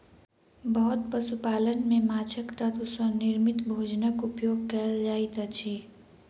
बहुत पशु पालन में माँछक तत्व सॅ निर्मित भोजनक उपयोग कयल जाइत अछि